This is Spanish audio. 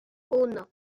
uno